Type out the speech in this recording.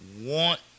want